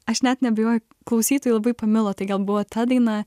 aš net neabejoju klausytojai labai pamilo tai gal buvo ta daina